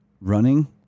Running